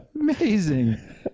amazing